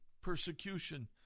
persecution